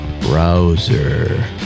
browser